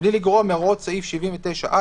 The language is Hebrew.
בלי לגרוע מהוראות סעיף 79א,